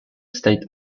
state